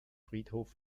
friedhof